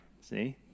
see